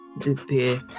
disappear